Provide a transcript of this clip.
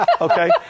Okay